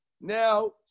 now